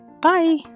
Bye